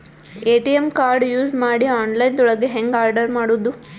ATM card use ಮಾಡಿ online ದೊಳಗೆ ಹೆಂಗ್ ಆರ್ಡರ್ ಮಾಡುದು?